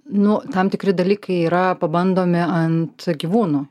nu tam tikri dalykai yra pabandomi ant gyvūnų